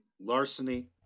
larceny